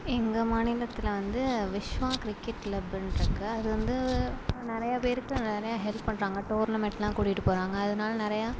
எங்கள் மாநிலத்தில் வந்து விஷ்வா கிரிக்கெட் கிளப்புன்ட்டிருக்கு அது வந்து நிறையா பேருக்கு நிறைய ஹெல்ப் பண்ணுறாங்க டோர்ணமெண்ட்லாம் கூட்டிகிட்டு போகிறாங்க அதனால நிறையா